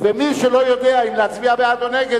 ומי שלא יודע אם להצביע בעד או נגד,